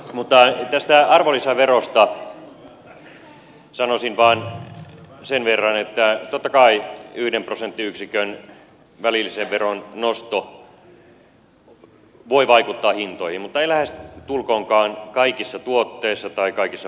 mutta tästä arvonlisäverosta sanoisin vain sen verran että totta kai yhden prosenttiyksikön välillisen veron nosto voi vaikuttaa hintoihin mutta ei lähestulkoonkaan kaikissa tuotteissa tai kaikissa palveluissa